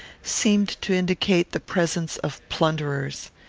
seemed to indicate the presence of plunderers.